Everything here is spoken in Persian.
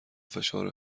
فشار